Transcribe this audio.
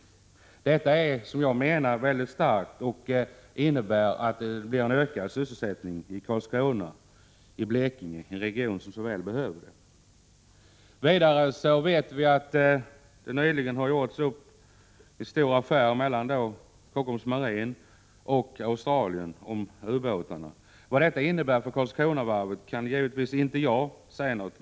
Detta uttalande är enligt min uppfattning mycket starkt och innebär att det kommer att bli ökad sysselsättning i Karlskrona, i Blekinge — en region som så väl behöver en sådan ökning. Nyligen har en stor affär gjorts upp mellan Kockums Marin och Australien om ubåtar. Vad detta innebär för Karlskronavarvet kan givetvisinte jag säga.